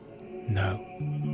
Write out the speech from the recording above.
No